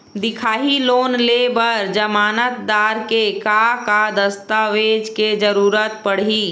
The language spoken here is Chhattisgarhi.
दिखाही लोन ले बर जमानतदार के का का दस्तावेज के जरूरत पड़ही?